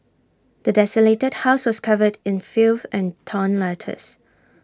the desolated house was covered in filth and torn letters